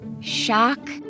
shock